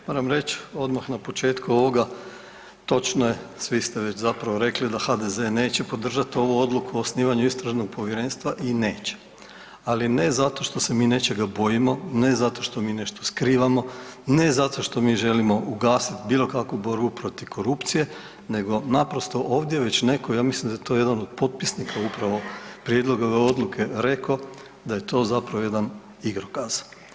Moram reći odmah na početku ovoga točno je svi ste već zapravo rekli da HDZ neće podržati ovu odluku o osnivanju istražnog povjerenstva i neće, ali ne zato što se mi nečega bojimo, ne zato što mi nešto skrivamo, ne zato što mi želimo ugasiti bilo kakvu borbu protiv korupcije nego naprosto ovdje već netko, ja mislim da je to jedan od potpisnika upravo prijedloga ove odluke rekao da je to zapravo jedan igrokaz.